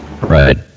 Right